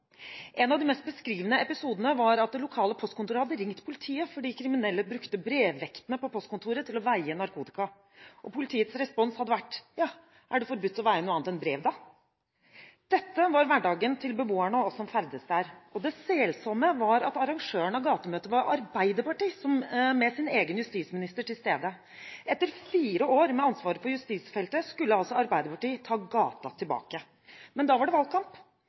En av de mest beskrivende episodene var at det lokale postkontoret hadde ringt politiet fordi kriminelle brukte brevvektene på postkontoret til å veie narkotika. Politiets respons hadde vært: Ja, er det forbudt å veie noe annet enn brev, da? Dette var hverdagen til beboerne og oss som ferdes der. Det selsomme var at arrangøren av gatemøtet var Arbeiderpartiet – med sin egen justisminister til stede. Etter fire år med ansvaret for justisfeltet skulle altså Arbeiderpartiet «ta gata tilbake». Men da var det valgkamp.